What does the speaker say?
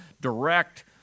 direct